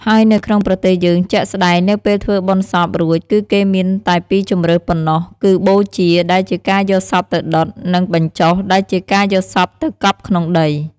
ហើយនៅក្នុងប្រទេសយើងជាក់ស្ដែងនៅពេលធ្វើបុណ្យសពរួចគឺគេមានតែពីរជម្រើសប៉ុំណ្ណោះគឺ បូជា ដែលជាការយកសពទៅដុត នឹង បញ្ចុះ ដែលជាការយកសពទៅកប់ក្នុងដី។